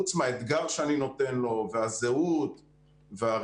חוץ מהאתגר שאני נותן לו והזהות והריגוש,